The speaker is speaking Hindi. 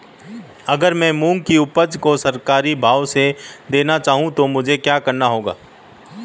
अगर मैं मूंग की उपज को सरकारी भाव से देना चाहूँ तो मुझे क्या करना होगा?